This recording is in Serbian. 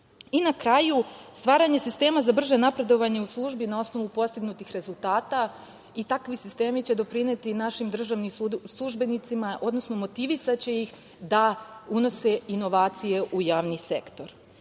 kraju – stvaranje sistema za brže napredovanje u službi na osnovu postignutih rezultata. Takvi sistemi će doprineti našim državnim službenicima, odnosno motivisaće ih da unose inovacije u javni sektor. Zbog